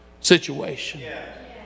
situation